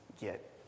get